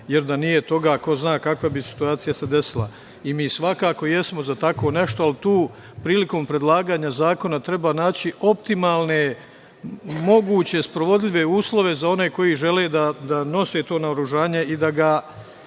jer da nije toga, ko zna kakva bi se situacija desila i mi svakako jesmo za tako nešto, ali tom prilikom predlaganja zakona treba naći optimalne moguće sprovodljive uslove za one koji žele da nose to naoružanje i da ga